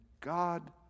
God